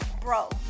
bro